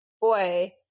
boy